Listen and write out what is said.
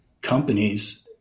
companies